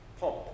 pump